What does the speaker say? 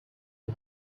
you